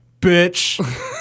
bitch